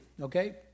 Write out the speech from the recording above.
okay